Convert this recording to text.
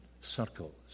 circles